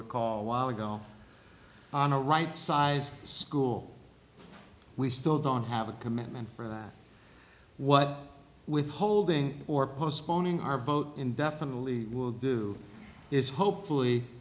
recall a while ago on a right sized school we still don't have a commitment for that what withholding or postponing our vote indefinitely will do is hopefully